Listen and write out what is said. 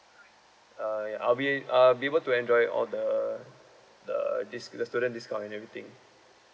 uh ya I'll be uh I'll be able to enjoy all the the this the student discount and everything